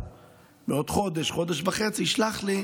וואטסאפ, שבעוד חודש או חודש וחצי תשלח לי: